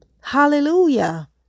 Hallelujah